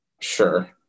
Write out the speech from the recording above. Sure